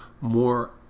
more